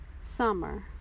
summer